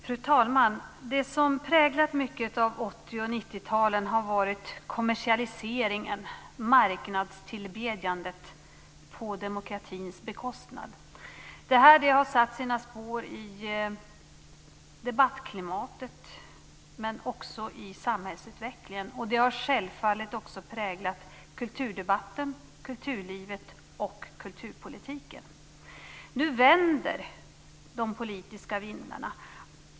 Fru talman! Det som präglat mycket av 80 och 90-talen har varit kommersialiseringen - marknadstillbedjandet på demokratins bekostnad. Det har satt sina spår i debattklimatet men också i samhällsutvecklingen. Det har självfallet också präglat kulturdebatten, kulturlivet och kulturpolitiken. Nu vänder de politiska vindarna.